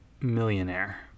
millionaire